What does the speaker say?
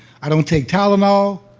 i don't take tylenol